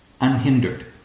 unhindered